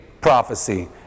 prophecy